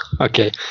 Okay